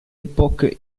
époque